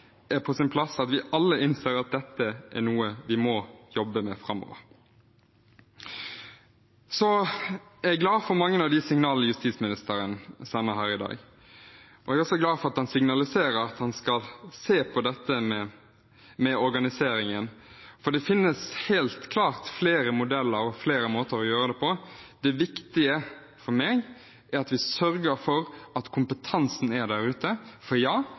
er på sin plass at vi alle innser at dette er noe vi må jobbe med framover. Jeg er glad for mange av de signalene justisministeren sender her i dag. Jeg er også glad for at han signaliserer at han skal se på dette med organiseringen, for det finnes helt klart flere modeller og flere måter å gjøre det på. Det viktige for meg er at vi sørger for at kompetansen er der, for